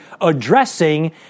addressing